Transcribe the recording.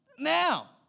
now